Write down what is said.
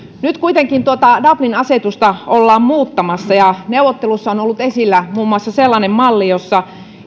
nyt kuitenkin tuota dublin asetusta ollaan muuttamassa ja neuvotteluissa on on ollut esillä muun muassa sellainen malli jossa